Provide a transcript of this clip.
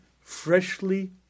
freshly